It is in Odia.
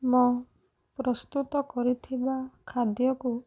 ମୁଁ ପ୍ରସ୍ତୁତ କରିଥିବା ଖାଦ୍ୟକୁ